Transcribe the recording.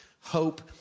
Hope